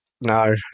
No